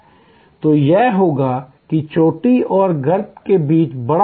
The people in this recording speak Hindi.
तो यह होगा कि चोटी और गर्त के बीच बड़ा अंतर था